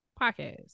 podcast